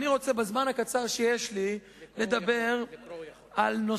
בזמן הקצר שיש לי אני רוצה לדבר על